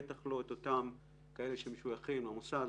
בטח לא את אותם אלה שמשויכים למוסד,